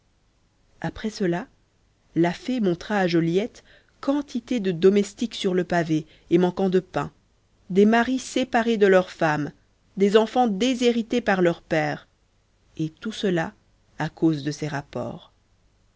après cela la fée montra à joliette quantité de domestiques sur le pavé et manquant de pain des maris séparés de leurs femmes des enfans déshérités par leurs pères et tout cela à cause de ces rapports